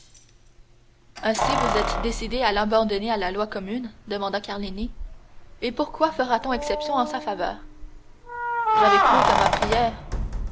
ainsi vous êtes décidé à l'abandonner à la loi commune demanda carlini et pourquoi ferait-on exception en sa faveur j'avais cru qu'à ma prière